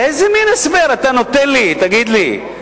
איזה מין הסבר אתה נותן לי, תגיד לי?